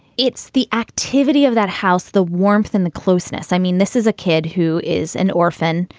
it's the activity of that house, the warmth and the closeness. i mean, this is a kid who is an orphan.